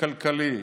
הוא כלכלי.